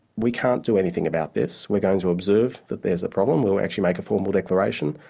we can't do anything about this we're going to observe that there's a problem, we'll actually make a formal declaration,